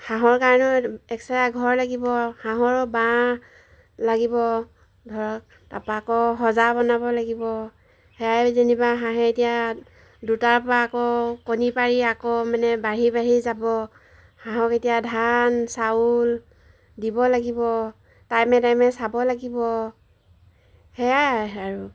হাঁহৰ কাৰণেও এক্সট্ৰা ঘৰ লাগিব হাঁহৰো বাঁহ লাগিব ধৰক তাৰপা আকৌ সজা বনাব লাগিব সেয়াই যেনিবা হাঁহে এতিয়া দুটাৰ পৰা আকৌ কণী পাৰি আকৌ মানে বাঢ়ি বাঢ়ি যাব হাঁহক এতিয়া ধান চাউল দিব লাগিব টাইমে টাইমে চাব লাগিব সেয়াই আৰু